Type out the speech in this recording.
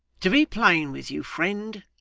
to be plain with you, friend,